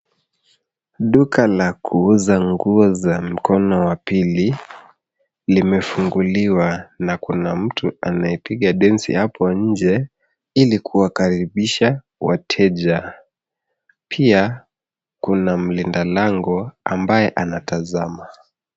Duka la kuuza nguo za mkono wa pili limefunguliwa na kuna mtu anayepiga densi hapo nje ili kuwakaribisha wateja. Pia kuna mlinda lango ambaye anayetazama.